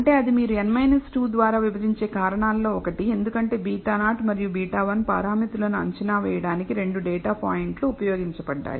అంటే అది మీరు n 2 ద్వారా విభజించే కారణాలలో ఒకటి ఎందుకంటే β0 మరియు β1 పారామితులను అంచనా వేయడానికి రెండు డేటా పాయింట్లు ఉపయోగించబడ్డాయి